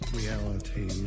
reality